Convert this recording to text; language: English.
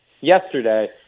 yesterday